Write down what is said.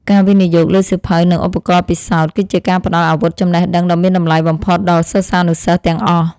ការវិនិយោគលើសៀវភៅនិងឧបករណ៍ពិសោធន៍ គឺជាការផ្តល់អាវុធចំណេះដឹងដ៏មានតម្លៃបំផុតដល់សិស្សានុសិស្សទាំងអស់។